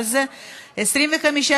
הצעת חוק הסדרים במשק המדינה (תיקוני